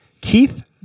Keith